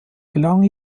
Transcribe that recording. gelang